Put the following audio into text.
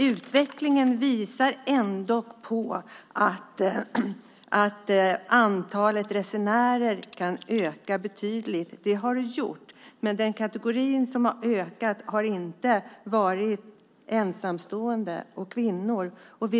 Utvecklingen visar att antalet resenärer kan öka betydligt. Det har också skett, men den kategori som ökat har inte varit ensamstående och kvinnor.